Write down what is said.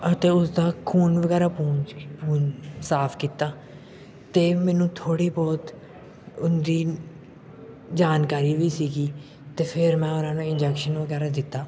ਅਤੇ ਉਸ ਦਾ ਖੂਨ ਵਗੈਰਾ ਪੂੰ ਪੂੰ ਸਾਫ਼ ਕੀਤਾ ਅਤੇ ਮੈਨੂੰ ਥੋੜ੍ਹੀ ਬਹੁਤ ਉਹਨਾਂ ਦੀ ਜਾਣਕਾਰੀ ਵੀ ਸੀਗੀ ਅਤੇ ਫਿਰ ਮੈਂ ਉਹਨਾਂ ਨੂੰ ਇੰਜੈਕਸ਼ਨ ਵਗੈਰਾ ਦਿੱਤਾ